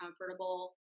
comfortable